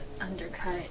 undercut